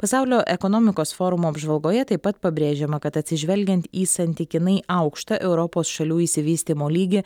pasaulio ekonomikos forumo apžvalgoje taip pat pabrėžiama kad atsižvelgiant į santykinai aukštą europos šalių išsivystymo lygį